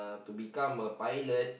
to become a pilot